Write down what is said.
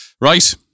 Right